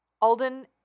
Alden